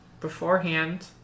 beforehand